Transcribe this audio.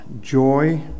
joy